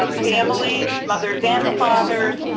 um families, mothers and fathers,